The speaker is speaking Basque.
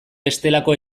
bestelako